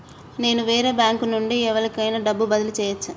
నేను వేరే బ్యాంకు నుండి ఎవలికైనా డబ్బు బదిలీ చేయచ్చా?